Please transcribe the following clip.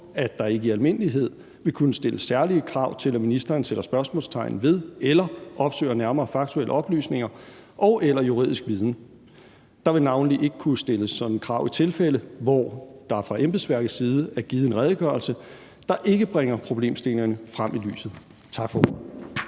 at der ikke i almindelighed vil kunne stilles særlige krav til, at ministeren sætter spørgsmålstegn ved eller opsøger nærmere faktuelle oplysninger og/eller juridisk viden. Der vil navnlig ikke kunne stilles sådanne krav i tilfælde, hvor der fra embedsværkets side er givet en redegørelse, der ikke bringer problemstillingen frem i lyset. Tak for ordet.